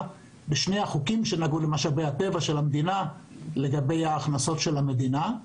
בשני החוקים שנגעו למשאבי הטבע של המדינה לגבי הכנסות המדינה.